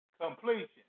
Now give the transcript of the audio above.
completion